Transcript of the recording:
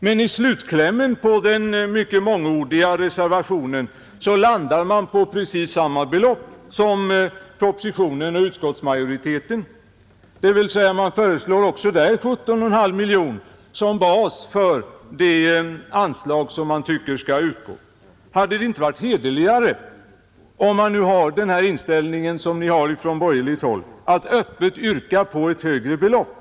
Men i slutklämmen på den mycket mångordiga reservationen landar reservanterna i alla fall på exakt samma belopp som propositionen och utskottsmajoriteten och föreslår också 17,5 miljoner som bas för det anslag man anser skall utgå. Hade det inte varit hederligare, när ni nu har den inställning ni har på borgerligt håll, att öppet yrka på ett högre belopp?